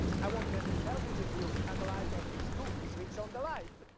i want to have a selfie with you. i'm a light artist too. he switched on the light.